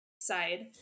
Side